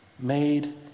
Made